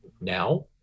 now